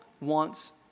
wants